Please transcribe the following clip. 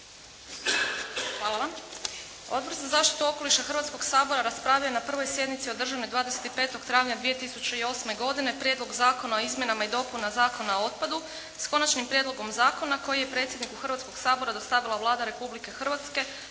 Hvala Vam. Odbor za zaštitu okoliša Hrvatskoga sabora raspravio je na prvoj sjednici održanoj 25. travnja 2008. godine Prijedlog zakona o izmjenama i dopunama Zakona o otpadu s konačnim prijedlogom zakona koji je predsjedniku Hrvatskoga sabora dostavila Vlada Republike Hrvatske